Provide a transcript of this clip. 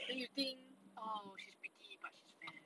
then you think oh she is pretty but she's fat